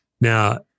Now